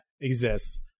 exists